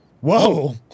Whoa